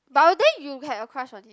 but you there you have on crush on him